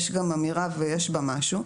יש גם אמירה ויש בה משהו,